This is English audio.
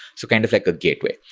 so kind of like a gateway.